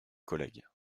collègue